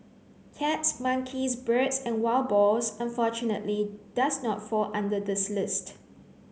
cats monkeys birds and wild boars unfortunately does not fall under this list